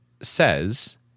says